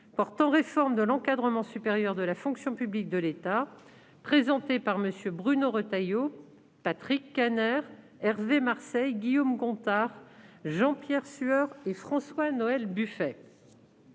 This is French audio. portant réforme de l'encadrement supérieur de la fonction publique de l'État, présentée par MM. Bruno Retailleau, Patrick Kanner, Hervé Marseille, Guillaume Gontard, Jean-Pierre Sueur et François Noël Buffet